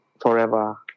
forever